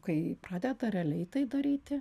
kai pradeda realiai tai daryti